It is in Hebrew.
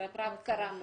-- בהתראה קצרה מאוד.